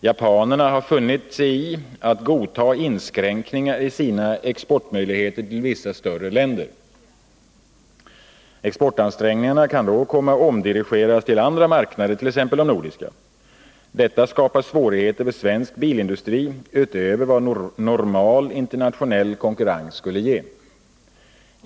Japanerna har funnit sig i att godta inskränkningar i sina möjligheter att exportera till vissa större länder. Exportansträngningarna kan då komma att omdirigeras till andra marknader,t.ex. de nordiska. Detta skapar svårigheter för svensk bilindustri utöver vad normal, internationell konkurrens skulle ge.